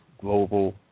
global